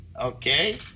Okay